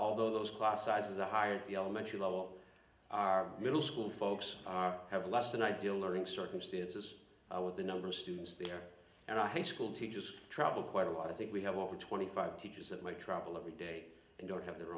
although those class sizes are higher the elementary level our middle school folks are have less than ideal learning circumstances i would the number of students there and i have school teachers travel quite a lot i think we have over twenty five teachers at my travel every day and don't have their